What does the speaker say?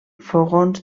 fogons